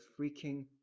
freaking